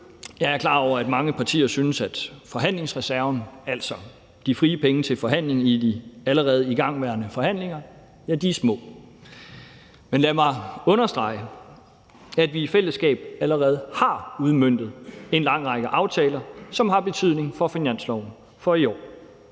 jeg er klar over, at mange partier synes, at midlerne i forhandlingsreserven, altså de frie penge til forhandlingen i de allerede igangværende forhandlinger, er små. Men lad mig understrege, at vi i fællesskab allerede har udmøntet en lang række aftaler, som har betydning for finansloven for i år.